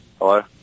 Hello